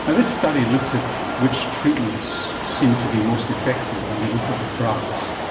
and this study looked at which treatments seem to be most effective when you look at the drugs,